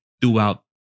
throughout